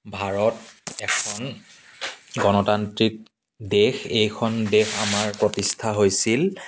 ভাৰত এখন গণতান্ত্ৰিক দেশ এইখন দেশ আমাৰ প্ৰতিষ্ঠা হৈছিল